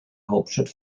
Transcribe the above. hauptstadt